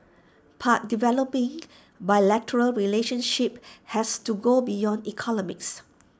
but developing bilateral relationships has to go beyond economics